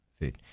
food